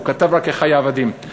הוא כתב רק "אחי העבדים".